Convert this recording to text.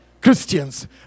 Christians